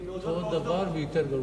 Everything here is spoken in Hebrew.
אותו הדבר, ויותר גרוע.